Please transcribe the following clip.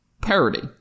Parody